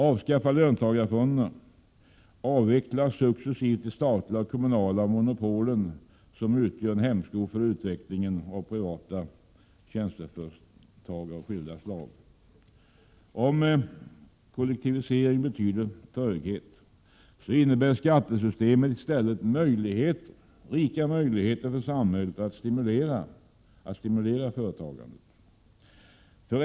Avskaffa löntagarfonderna och avveckla successivt de statliga och kommunala monopolen, som utgör en hämsko på utvecklingen av skilda slag av privata tjänsteföretag! Om kollektivisering betyder tröghet innebär skattesystemet i stället rika möjligheter för samhället att stimulera företagande.